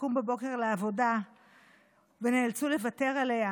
לקום בבוקר לעבודה ונאלצו לוותר עליה,